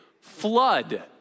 Flood